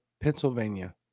pennsylvania